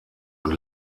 und